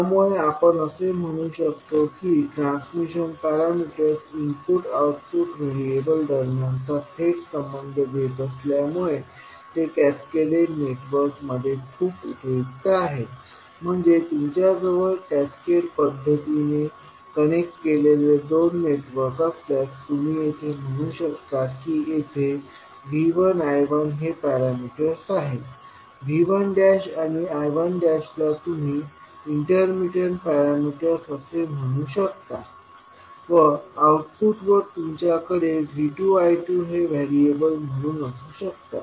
त्यामुळे आपण असे म्हणू शकतो की ट्रांसमिशन पॅरामीटर्स इनपुट आणि आउटपुट व्हेरिएबल्स दरम्यान चा थेट संबंध देत असल्यामुळे ते कॅस्केडेड नेटवर्क मध्ये खूप उपयुक्त आहेत म्हणजे तुमच्याजवळ कॅस्केड पद्धतीने कनेक्ट केलेले दोन नेटवर्क असल्यास तुम्ही येथे म्हणू शकता की येथे V1 I1हे पॅरामीटर्स आहेत V1 I1 ला तुम्ही इंटरमिटन्ट पॅरामीटर्स असे म्हणू शकता व आउटपुटवर तुमच्याकडे V2 I2 हे व्हेरिएबल म्हणून असू शकतात